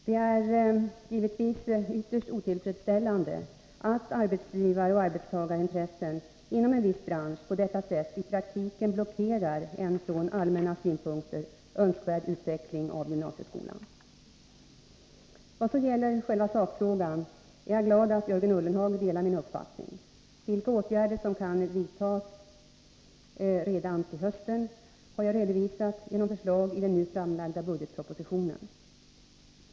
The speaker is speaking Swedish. Det är givetvis ytterst otillfredsställande att arbetsgivaroch arbetstagarintressen inom en viss bransch på detta sätt i praktiken blockerar en från allmänna synpunkter önskvärd utveckling av gymnasieskolan. Vad så gäller själva sakfrågan är jag glad att Jörgen Ullenhag delar min uppfattning. Vilka åtgärder som kan vidtas redan till hösten har jag redovisat genom förslag i den nu framlagda budgetpropositionen.